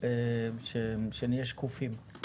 שנהיה שקופים.